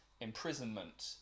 imprisonment